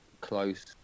close